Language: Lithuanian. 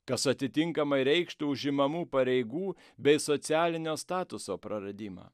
kas atitinkamai reikštų užimamų pareigų bei socialinio statuso praradimą